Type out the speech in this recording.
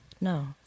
No